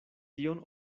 tion